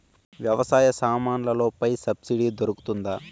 వ్యవసాయ సామాన్లలో పై సబ్సిడి దొరుకుతుందా?